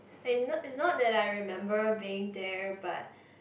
and it's not that like remember being there but